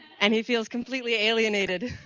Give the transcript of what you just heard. and he feels completely alienated